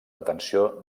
detenció